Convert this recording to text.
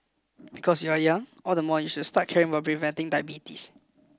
because you are young all the more you should start caring about preventing diabetes